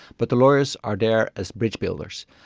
but the lawyers are there as bridge builders,